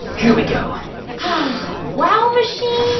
here we go wow machine,